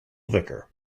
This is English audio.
vicar